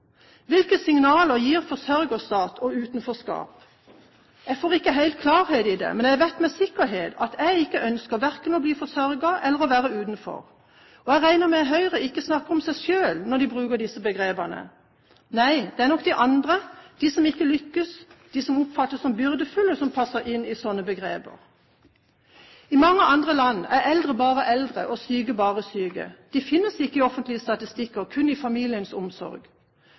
Hvilke signaler gir «forsørgerstat» og «utenforskap»? Jeg får ikke helt klarhet i det, men jeg vet med sikkerhet at jeg ikke ønsker verken å bli forsørget eller å være utenfor. Og jeg regner med at Høyre ikke snakker om seg selv når de bruker disse begrepene. Nei, det er nok de andre, de som ikke lykkes, de som oppfattes som byrdefulle, som passer inn i sånne begreper. I mange andre land er eldre bare eldre, og syke bare syke. De finnes ikke i offentlige statistikker, kun i familiens omsorg.